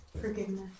Forgiveness